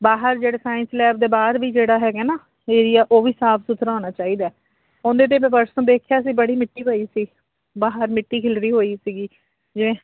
ਬਾਹਰ ਜਿਹੜੇ science lab ਦੇ ਬਾਹਰ ਵੀ ਜਿਹੜਾ ਹੈਗਾ ਨਾ ਏਰੀਆ ਉਹ ਵੀ ਸਾਫ਼ ਸੁਥਰਾ ਹੋਣਾ ਚਾਹੀਦਾ ਉਹਦੇ 'ਤੇ ਮੈਂ ਪਰਸੋ ਦੇਖਿਆ ਸੀ ਬੜੀ ਮਿੱਟੀ ਪਈ ਸੀ ਬਾਹਰ ਮਿੱਟੀ ਖਿਲਰੀ ਹੋਈ ਸੀਗੀ ਜਿਵੇਂ